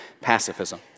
pacifism